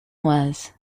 was